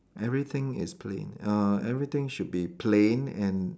everything is plain uh everything should be plain and